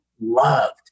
loved